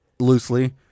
Loosely